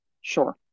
Sure